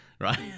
right